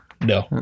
No